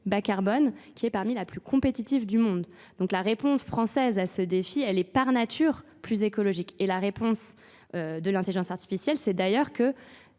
bas carbone qui est parmi la plus compétitive du monde donc la réponse française à ce défi elle est par nature plus écologique et la réponse de l'intelligence artificielle c'est d'ailleurs que